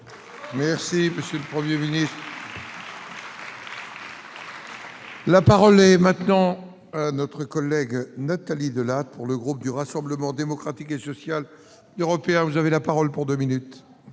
Merci monsieur le 1er ministre. La parole est maintenant notre collègue Nathalie Delattre pour le groupe du Rassemblement démocratique et social européen, vous avez la parole pour 2 minutes.